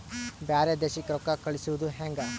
ಬ್ಯಾರೆ ದೇಶಕ್ಕೆ ರೊಕ್ಕ ಕಳಿಸುವುದು ಹ್ಯಾಂಗ?